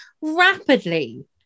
rapidly